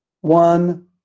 one